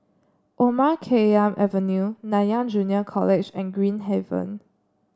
Omar Khayyam Avenue Nanyang Junior College and Green Haven